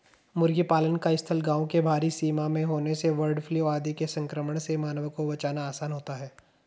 मुर्गी पालन का स्थल गाँव के बाहरी सीमा में होने से बर्डफ्लू आदि के संक्रमण से मानवों को बचाना आसान होता है